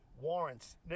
warrants